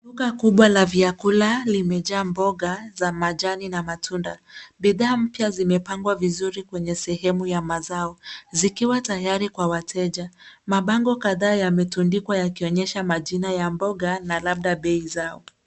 Duka kubwa la vyakula limejaa mboga za majani na matunda. Bidhaa mpya zimepangwa vizuri kwenye sehemu ya mazao zikiwa tayari kwa wateja. Mabango kadhaa yametundikwa yakionyesha majina ya mboga la labda bei zao.